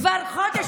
כבר חודש